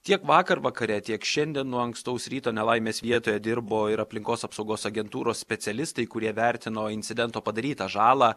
tiek vakar vakare tiek šiandien nuo ankstaus ryto nelaimės vietoje dirbo ir aplinkos apsaugos agentūros specialistai kurie vertino incidento padarytą žalą